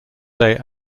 day